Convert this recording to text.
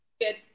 Good